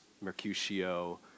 Mercutio